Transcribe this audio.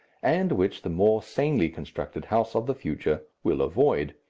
and which the more sanely constructed house of the future will avoid.